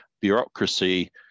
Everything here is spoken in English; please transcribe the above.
bureaucracy